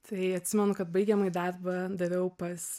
tai atsimenu kad baigiamąjį darbą daviau pas